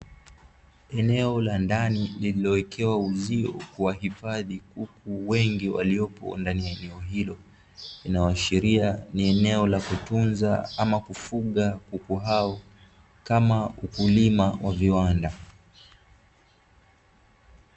Eneo la ndani lililowekewa uzio kuwahifadhi kuku wengi waliopo ndani ya jengo hilo, linaloashiria ni eneo la kutunza ama kufuga kuku hao kama ukulima wa viwanda.